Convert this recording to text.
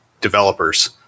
developers